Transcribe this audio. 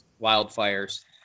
wildfires